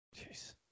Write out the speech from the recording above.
Jeez